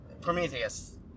Prometheus